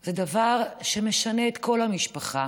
זה דבר שמשנה את כל המשפחה,